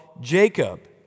Jacob